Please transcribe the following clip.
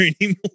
anymore